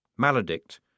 Maledict